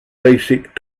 basic